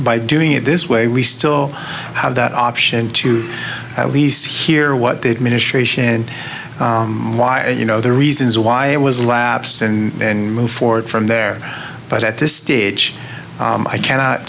by doing it this way we still have that option to at least hear what the administration and you know the reasons why it was lapse and then move forward from there but at this stage i cannot